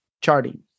Charting